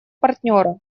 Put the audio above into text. партнера